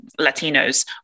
Latinos